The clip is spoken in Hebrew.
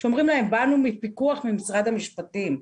כשאומרים להם: באנו מפיקוח ממשרד המשפטים.